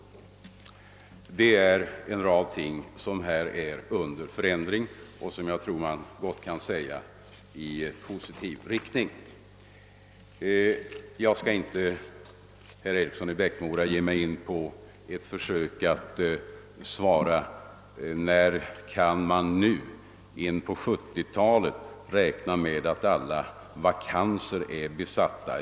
Det pågår förändringar i en rad olika avseenden inom sjukvårdsområdet, vilka leder i positiv riktning. Jag skall inte, herr Eriksson i Bäckmora, ge mig in på att försöka besvara frågan vid vilken tidpunkt in på 1970 talet man kan räkna med att alla vakanser är besatta.